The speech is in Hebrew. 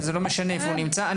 וזה לא משנה איפה הוא נמצא.